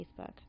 Facebook